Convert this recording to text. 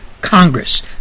Congress